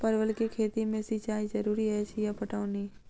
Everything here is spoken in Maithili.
परवल केँ खेती मे सिंचाई जरूरी अछि या पटौनी?